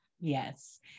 Yes